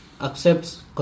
accepts